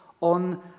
on